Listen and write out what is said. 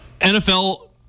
NFL